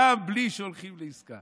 גם בלי שהולכים לעסקה